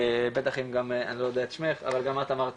גם את אמרת,